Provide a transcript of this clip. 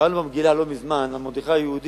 קראנו לא מזמן במגילה על מרדכי היהודי: